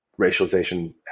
racialization